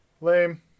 Lame